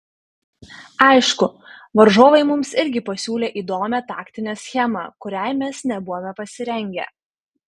aišku varžovai mums irgi pasiūlė įdomią taktinę schemą kuriai mes nebuvome pasirengę